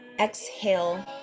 exhale